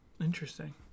Interesting